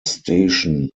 station